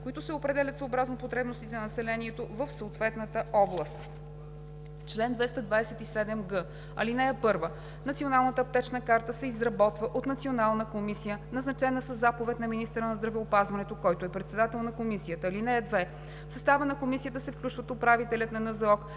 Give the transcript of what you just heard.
които се определят съобразно потребностите на населението в съответната област. Чл. 227г. (1) Националната аптечна карта се изработва от национална комисия, назначена със заповед на министъра на здравеопазването, който е председател на Комисията. (2) В състава на Комисията се включват управителят на НЗОК,